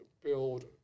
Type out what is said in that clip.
build